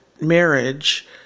marriage